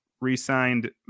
re-signed